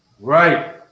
right